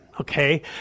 Okay